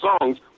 songs